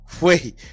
Wait